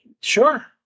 Sure